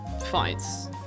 fights